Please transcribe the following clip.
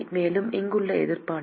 மேலும் இங்குள்ள எதிர்ப்பானது